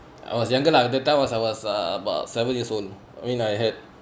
I was younger lah that time was I was uh about seven years old I mean I had